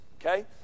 okay